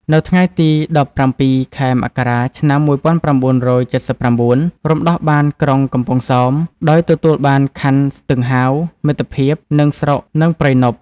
នៅថ្ងៃទី ១៧ ខែមករា ឆ្នាំ ១៩៧៩ រំដោះបានក្រុងកំពង់សោម ដោយទទួលបាន ខណ្ឌ ស្ទឹងហាវ មិត្តភាព និងស្រុក និងព្រៃនប់។